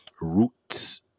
roots